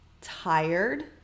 tired